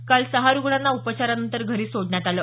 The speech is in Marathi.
काल सहा रूग्णांना उपचारानंतर घरी सोडण्यात आलं